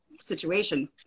situation